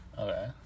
Okay